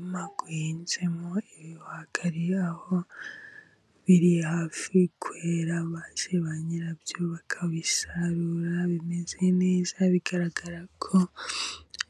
Umurima ngo uhinzemo ibihwagari, aho biri hafi kwera maze ba nyirabyo bakabisarura bimeze neza ,bigaragara ko